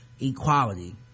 equality